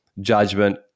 judgment